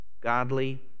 godly